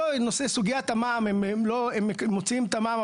הם מוציאים את המע"מ,